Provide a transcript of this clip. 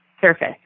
surface